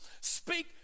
Speak